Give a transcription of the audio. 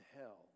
hell